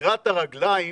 גרירת הרגליים